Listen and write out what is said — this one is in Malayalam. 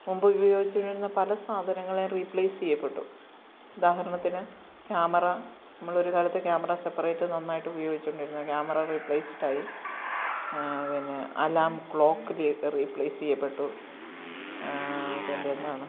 മുമ്പ് ഉപയോഗിച്ച് കൊണ്ടിരുന്ന പല സാധനങ്ങളെയും റീപ്ലേയ്സ് ചെയ്യപ്പെട്ടു ഉദാഹരണത്തിനു ക്യാമറ നമ്മളൊരു കാലത്ത് ക്യാമറ സെപ്പറേറ്റ് നന്നായിട്ട് ഉപയോഗിച്ച് കൊണ്ടിരുന്നു ക്യാമറ റീപ്ലേയ്സ്ഡായി പിന്നെ അലാം ക്ലോക്ക് റി റീപ്ലേയ്സ് ചെയ്യപ്പെട്ടു പിന്നെ എന്താണ്